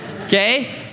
okay